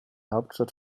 hauptstadt